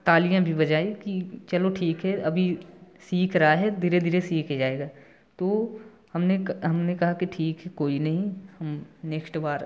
तालियाँ भी बजाई कि चलो ठीक है अभी सीख रहा है धीरे धीरे सीख जाएगा तो हम हमने कहा कि ठीक है कोई नहीं नेक्स्ट बार